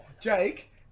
Jake